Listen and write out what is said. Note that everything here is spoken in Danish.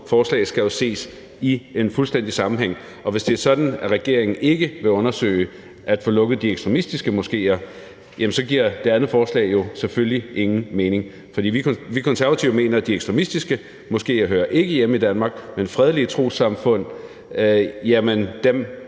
forslag skal jo ses i en fuldstændig sammenhæng. Og hvis det er sådan, at regeringen ikke vil undersøge, hvordan man kan få lukket de ekstremistiske moskéer, så giver det andet forslag jo selvfølgelig ingen mening. For vi Konservative mener, at de ekstremistiske moskéer ikke hører hjemme i Danmark, men vi vil selvfølgelig gerne